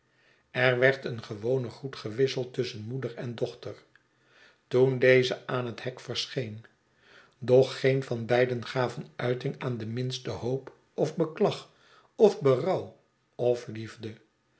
er werd een gewone groet gewisseld tusschen moeder en dochter toen deze aan het hek verscheen doch geen van beiden gaven uiting aan de minste hoop of beklag of berouw of liefde